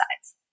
sides